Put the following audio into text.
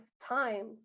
time